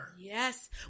Yes